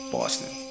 Boston